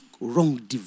wrong